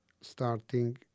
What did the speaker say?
starting